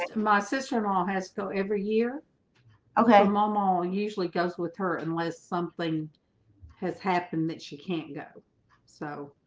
my sister mom has though every year okay, mom only ah and usually goes with her unless something has happened that she can't go so